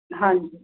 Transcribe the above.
ਹਾਂਜੀ